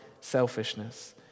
selfishness